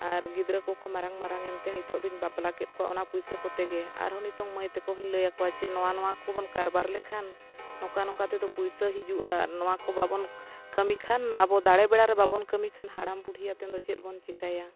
ᱟᱨ ᱜᱤᱫᱽᱨᱟᱹ ᱠᱚᱠᱚ ᱢᱟᱨᱟᱝ ᱢᱟᱨᱟᱝ ᱮᱱᱛᱮ ᱱᱤᱛᱳᱜ ᱫᱚᱧ ᱵᱟᱯᱞᱟ ᱠᱮᱫ ᱠᱚᱣᱟ ᱚᱱᱟ ᱯᱚᱭᱥᱟ ᱠᱚᱛᱮ ᱜᱮ ᱟᱨᱦᱚᱸ ᱱᱤᱛᱳᱜ ᱢᱟᱹᱭ ᱛᱟᱠᱚ ᱦᱚᱧ ᱞᱟᱹᱭᱟᱠᱚᱣᱟ ᱡᱮ ᱱᱚᱣᱟ ᱱᱚᱣᱟ ᱠᱚᱵᱚᱱ ᱠᱟᱨᱵᱟᱨ ᱞᱮᱠᱷᱟᱱ ᱱᱚᱝᱠᱟ ᱱᱚᱝᱠᱟ ᱛᱮᱫᱚ ᱯᱚᱭᱥᱟ ᱦᱤᱡᱩᱜᱼᱟ ᱱᱚᱣᱟ ᱠᱚ ᱵᱟᱵᱚᱱ ᱠᱟᱹᱢᱤ ᱠᱷᱟᱱ ᱟᱵᱚ ᱫᱟᱲᱮ ᱵᱮᱲᱟ ᱨᱮ ᱵᱟᱵᱚᱱ ᱠᱟᱹᱢᱤ ᱠᱷᱟᱱ ᱦᱟᱲᱟᱢ ᱵᱩᱰᱷᱤ ᱟᱛᱮᱱ ᱫᱚ ᱪᱮᱫ ᱵᱚᱱ ᱪᱤᱠᱟᱹᱭᱟ